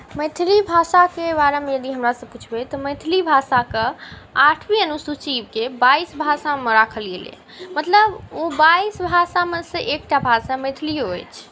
मैथिली भाषाके बारेमे यदि हमरासँ पुछबै तऽ मैथिली भाषाकेँ आठवीँ अनुसूचीके बाइस भाषामे राखल गेलै मतलब ओ बाइस भाषामेसँ एकटा भाषा मैथिलीओ अछि